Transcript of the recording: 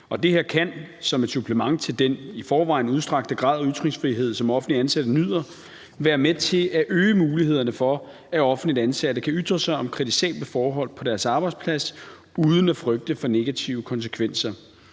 Det her kan som et supplement til den i forvejen udstrakte grad af ytringsfrihed, som offentligt ansatte nyder, være med til at øge mulighederne for, at offentligt ansatte kan ytre sig om kritisable forhold på deres arbejdsplads uden at frygte for negative konsekvenser.